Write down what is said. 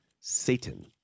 Satan